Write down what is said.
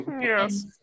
Yes